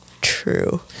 True